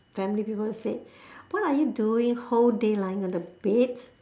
family people say what are you doing whole day lying on the bed